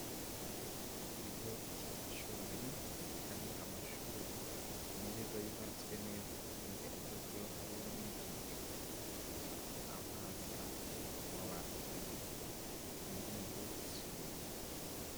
Ikigo cy'amashuri, hari amashuri meza yubatswe neza kandi agezweho hariho n'ikigega, gifata amazi avuye ku mabati kugira ngo birinde isuri.